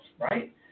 right